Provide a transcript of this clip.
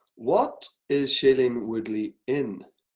what is shailene woodley in?